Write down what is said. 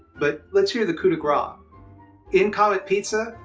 but let's hear the coup de gras in comet pizza,